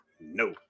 no